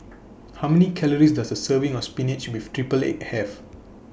How Many Calories Does A Serving of Spinach with Triple Egg Have